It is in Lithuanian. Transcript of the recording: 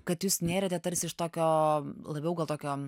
kad jūs nėrėte tarsi iš tokio labiau gal tokio